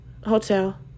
Hotel